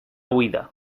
huida